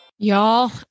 Y'all